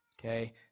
Okay